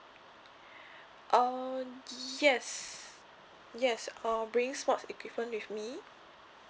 um yes yes um bringing sports equipment with me